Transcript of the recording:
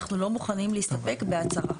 אנחנו לא מוכנים להסתפק בהצהרה.